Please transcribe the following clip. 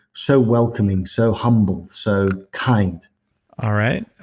so welcoming, so humble, so kind alright.